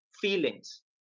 feelings